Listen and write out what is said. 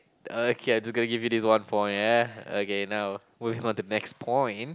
okay I do gotta give you this one point yeah okay now moving on to next point